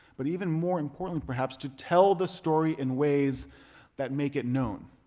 but even more important perhaps, to tell the story in ways that make it known.